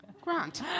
Grant